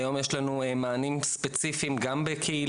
היום יש לנו מענים ספציפיים גם בקהילה,